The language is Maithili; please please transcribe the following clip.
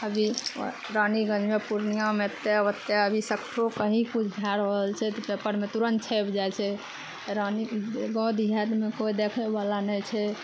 अभी रानीगंजमे पूर्णियामे एते ओते अभी सकरो कही किछु भए रहल छै तऽ पेपरमे तुरन्त छपि जाइ छै रानी गाँव देहातमे कोइ देखै बला नहि छै